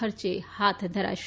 ખર્ચે હાથ ધરાશે